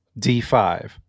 D5